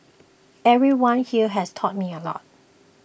everyone here has taught me a lot